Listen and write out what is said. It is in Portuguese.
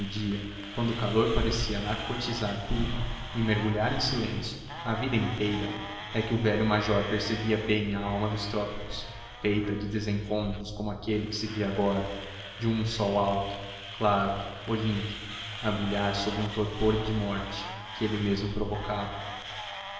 meiodia quando o calor parecia narcotizar tudo e mergulhar em silêncio a vida inteira é que o velho major percebia bem a alma dos trópicos feita de desencontros como aquele que se via agora de um sol alto claro olímpico a brilhar sobre um torpor de morte que ele mesmo provocava